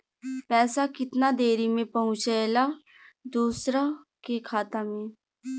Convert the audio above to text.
पैसा कितना देरी मे पहुंचयला दोसरा के खाता मे?